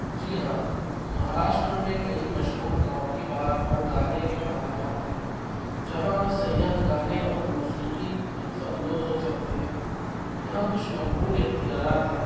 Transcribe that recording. جی ہاں مہاراشٹر میں کئی مشہور کراوکی بار اور گانے کے مقامات ہیں جہاں سیاح گانے اور موسیقی لطف اندوز ہو سکتے ہیں یہاں کچھ مقبول اختیارات ہیں